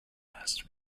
last